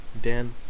Dan